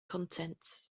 contents